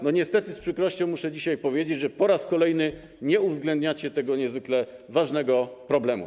Niestety z przykrością muszę dzisiaj powiedzieć, że po raz kolejny nie uwzględniacie tego niezwykle ważnego problemu.